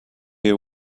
your